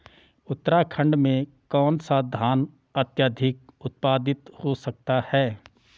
उत्तराखंड में कौन सा धान अत्याधिक उत्पादित हो सकता है?